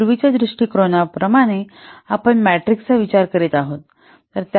पूर्वीच्या दृष्टिकोनाप्रमाणे आपण मॅट्रिक्सचा विचार करीत आहोत